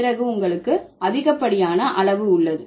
பிறகு உங்களுக்கு அதிகப்படியான அளவு உள்ளது